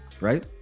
right